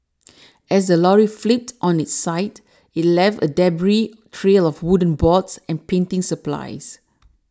as the lorry flipped on its side it left a debris trail of wooden boards and painting supplies